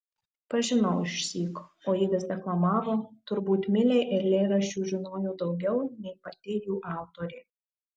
pažinau išsyk o ji vis deklamavo turbūt milei eilėraščių žinojo daugiau nei pati jų autorė